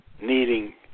needing